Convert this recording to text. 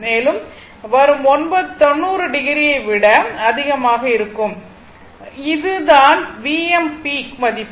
மேலும் வரும் 90o ஐ விட அதிகமாக இருக்கும் போது அது தான் Vm பீக் மதிப்பு